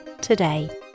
today